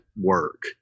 work